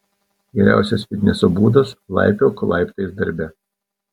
geriausias fitneso būdas laipiok laiptais darbe